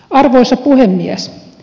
arvoisa puhemies